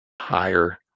higher